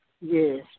Yes